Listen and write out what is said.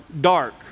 dark